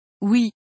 Oui